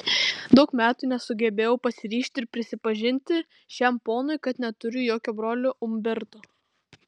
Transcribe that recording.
daug metų nesugebėjau pasiryžti ir prisipažinti šitam ponui kad neturiu jokio brolio umberto